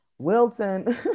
Wilton